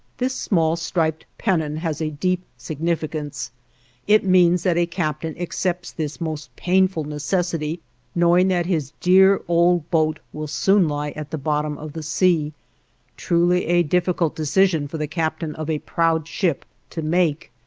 this small striped pennon has a deep significance it means that a captain accepts this most painful necessity knowing that his dear old boat will soon lie at the bottom of the sea truly a difficult decision for the captain of a proud ship to make.